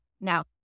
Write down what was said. Now